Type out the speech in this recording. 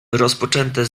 rozpoczęte